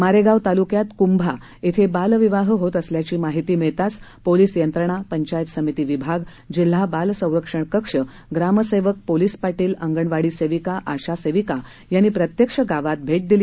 मारेगाव तालुक्यात कुंभा इथं बालविवाह होत असल्याची माहिती मिळताच पोलिस यंत्रणा पंचायत समिती विभाग जिल्हा बाल संरक्षण कक्ष ग्रामसेवक पोलिस पाटील अंगणवाडी सेविका आशा सेविका यांनी प्रत्यक्ष गावात भेट दिली